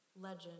legend